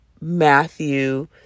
matthew